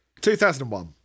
2001